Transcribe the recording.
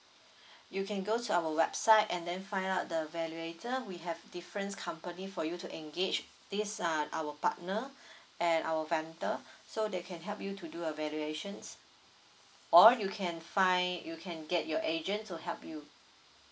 you can go to our website and then find out the valuator we have different company for you to engage this uh our partner and our vendor so they can help you to do a valuations all you can find you can get your agent to help you